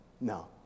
No